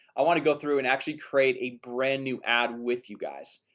i want to go through and actually create a brand new ad with you guys.